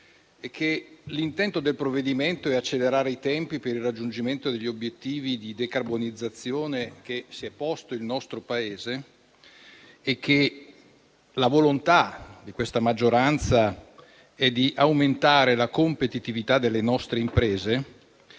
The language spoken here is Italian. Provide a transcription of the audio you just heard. che l'intento del provvedimento è accelerare i tempi per il raggiungimento degli obiettivi di decarbonizzazione che si è posto il nostro Paese e che la volontà di questa maggioranza è di aumentare la competitività delle nostre imprese,